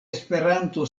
esperanto